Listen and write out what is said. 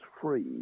free